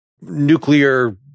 nuclear